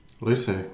Lucy